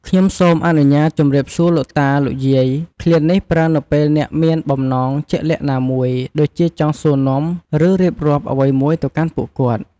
"ខ្ញុំសូមអនុញ្ញាតជម្រាបសួរលោកតា លោកយាយ!" ឃ្លានេះប្រើនៅពេលអ្នកមានបំណងជាក់លាក់ណាមួយ ដូចជាចង់សួរនាំ ឬរៀបរាប់រឿងអ្វីមួយទៅកាន់ពួកគាត់។